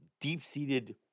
deep-seated